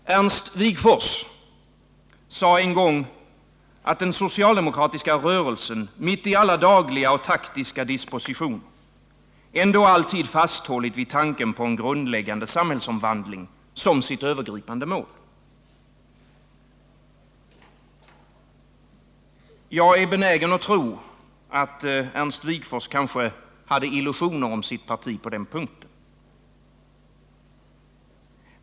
Ernst Wigforss sade en gång, att den socialdemokratiska rörelsen mitt i alla dagliga och taktiska dispositioner ändå alltid fasthållit vid tanken på en grundläggande samhällsomvandling som sitt övergripande mål. Jag är benägen att tro att Wigforss kanske hade illusioner om sitt parti på den punkten.